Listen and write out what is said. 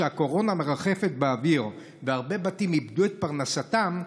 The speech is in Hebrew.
כשהקורונה מרחפת באוויר והרבה בתים איבדו את פרנסתם,